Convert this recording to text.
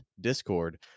discord